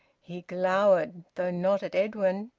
he glowered, though not at edwin.